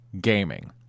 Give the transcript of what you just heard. Gaming